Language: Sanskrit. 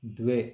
द्वे